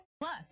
Plus